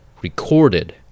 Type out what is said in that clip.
recorded